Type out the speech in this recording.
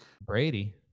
Brady